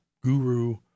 guru